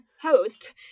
host